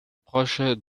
proche